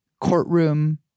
courtroom